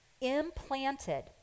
implanted